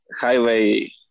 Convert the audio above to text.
highway